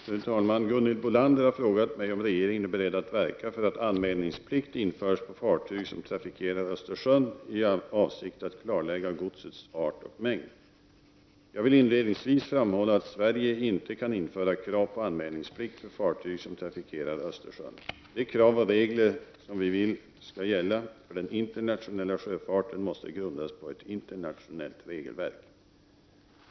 Fru talman! Gunhild Bolander har frågat mig om regeringen är beredd att verka för att anmälningsplikt införs för fartyg som trafikerar Östersjön i avsikt att klarlägga godsets art och mängd. Jag vill inledningsvis framhålla att Sverige inte kan införa krav på anmälningsplikt för fartyg som trafikerar Östersjön. De krav och regler som vi vill skall gälla för den internationella sjöfarten måste grundas på ett internationellt regelverk.